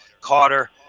Carter